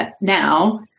now